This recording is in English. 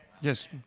yes